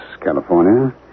California